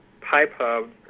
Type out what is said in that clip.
pipehub